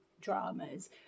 dramas